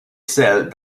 celle